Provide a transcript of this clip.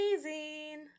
amazing